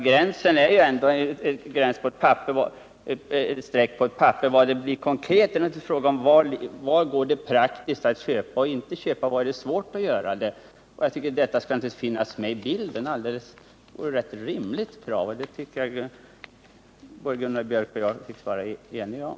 Gränsen är ändå bara ett streck på ett papper, och var den i praktiken kommer att gå beror naturligtvis på var det praktiskt går att köpa mark och var det är svårt att göra det. Det är ett rimligt krav, vilket Gunnar Björk och jag tycks vara eniga om.